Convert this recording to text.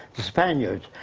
the spaniards.